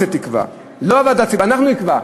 לא הכנסת תקבע, לא ועדה ציבורית, אנחנו נקבע.